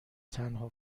تنها